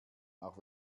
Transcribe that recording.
auch